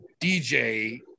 DJ